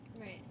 Right